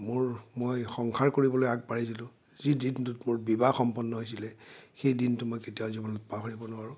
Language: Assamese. মোৰ মই সংসাৰ কৰিবলৈ আগবাঢ়িছিলোঁ যি দিনটোত মোৰ বিবাহ সম্পন্ন হৈছিলে সেই দিনটো মই কেতিয়াও জীৱনত পাহৰিব নোৱাৰোঁ